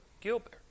Gilbert